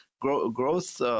growth